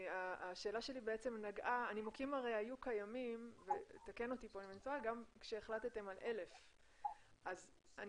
הנימוקים היו קיימים גם כשהחלטתם על 1,000. אני